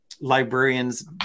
librarians